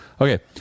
Okay